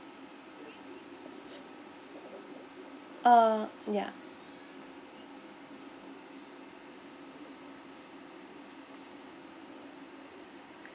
uh ya